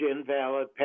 invalid